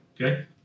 okay